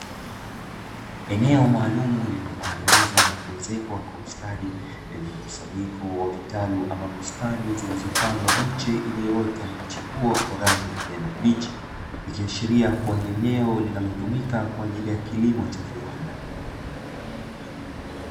Eneo maalum, lililotengenezwa na kuezekwa kwa ustadi, lenye mkusanyiko wa vitaru ama bustani zilizopandwa, miche iliyoota na kuchipua kwa rangi ya kijani kibichi, ikiashiria kuwa ni eneo linalotumika kwa ajili ya kilimo cha viwanda.